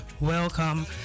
welcome